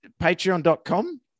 patreon.com